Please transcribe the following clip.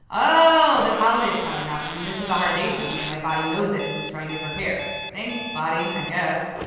oh, this holiday is coming up. and and this is a hard day for me. and my body knows it and is trying to prepare thanks body. i guess.